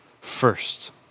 first